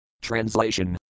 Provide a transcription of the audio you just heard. Translation